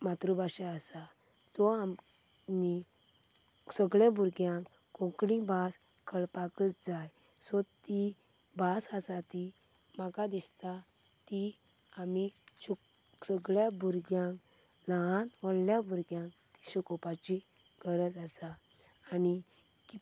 मातृ भाशा आसा तो आमी सगळे भुरग्यांक कोंकणी भास कळपाकूच जाय सो ती भास आसा ती म्हाका दिसता ती आमी सगळ्यां भुरग्यांक ल्हान व्हडल्या भुरग्यांक ती शिकोवपाची गरज आसा आनी